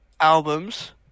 ...albums